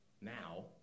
now